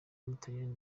w’umutaliyani